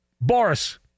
Boris